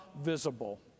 visible